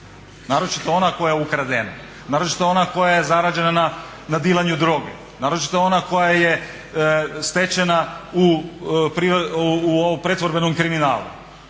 Naročito ona koja je ukradena, naročito ona koja je zarađena na dilanju droge, naročito ona koja je stečena u pretvorbenom kriminalu.